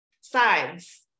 sides